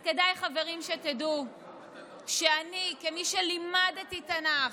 אז כדאי, חברים, שתדעו שאני, כמי שלימדה תנ"ך,